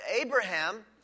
Abraham